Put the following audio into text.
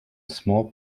small